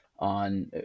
on